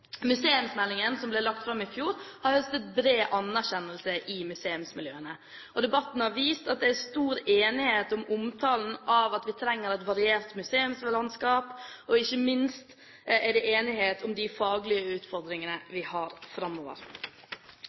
Museumsmeldingen som ble lagt fram i fjor, har høstet bred anerkjennelse i museumsmiljøene. Debatten har vist at det er stor enighet om omtalen av at vi trenger et variert museumslandskap, og ikke minst er det enighet om de faglige utfordringene vi har framover.